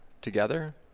together